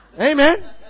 amen